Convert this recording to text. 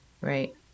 right